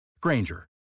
Granger